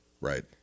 Right